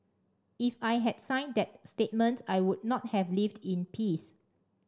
if I had signed that statement I would not have lived in peace